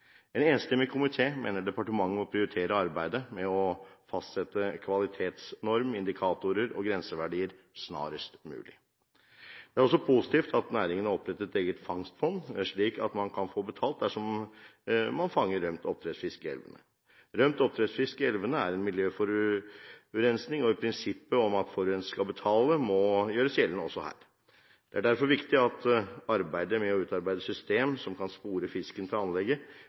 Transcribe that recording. En enstemmig komité mener departementet må prioritere arbeidet med å fastsette kvalitetsnorm, indikatorer og grenseverdier snarest mulig. Det er også positivt at næringen har opprettet et eget fangstfond, slik at man kan få betalt dersom man fanger rømt oppdrettsfisk i elvene. Rømt oppdrettsfisk i elvene er miljøforurensing, og prinsippet om at forurenser skal betale, må gjøres gjeldende også her. Det er derfor viktig at arbeidet med å utarbeide et system som kan spore fisken til anlegget